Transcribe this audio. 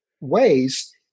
Ways